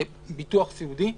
ביטוח סיעודי,